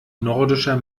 nordischer